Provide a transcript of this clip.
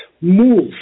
move